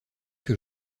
que